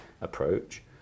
approach